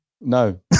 no